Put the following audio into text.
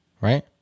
right